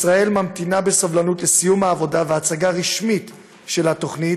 ישראל ממתינה בסבלנות לסיום העבודה והצגה רשמית של התוכנית,